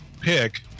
pick